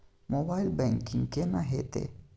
Mobile banking केना हेते?